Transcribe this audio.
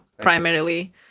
primarily